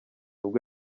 ubwo